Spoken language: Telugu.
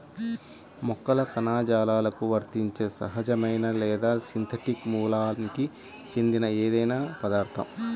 మొక్కల కణజాలాలకు వర్తించే సహజమైన లేదా సింథటిక్ మూలానికి చెందిన ఏదైనా పదార్థం